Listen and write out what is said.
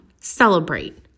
celebrate